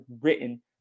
written